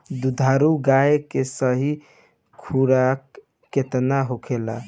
दुधारू गाय के सही खुराक केतना होखे?